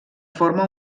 forma